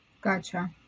gotcha